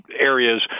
areas